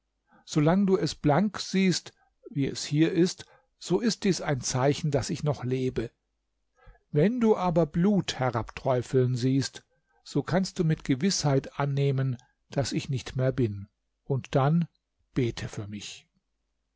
lang du es blank siehst wie es hier ist so ist dies ein zeichen daß ich noch lebe wenn du aber blut herabträufeln siehst so kannst du mit gewißheit annehmen daß ich nicht mehr bin und dann bete für mich